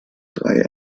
drei